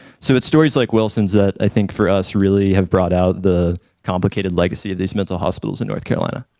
so it's stories like wilson's that i think, for us really have brought out the complicated legacy of these mental hospitals in north carolina.